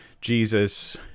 Jesus